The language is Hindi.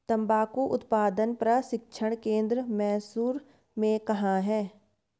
तंबाकू उत्पादन प्रशिक्षण केंद्र मैसूर में कहाँ है?